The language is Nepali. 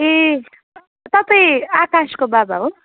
ए तपाईँ आकाशको बाबा हो